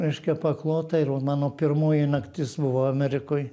reiškia paklota ir mano pirmoji naktis buvo amerikoj